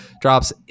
drops